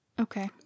okay